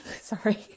sorry